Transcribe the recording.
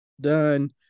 Done